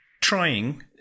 trying